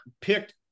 picked